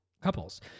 couples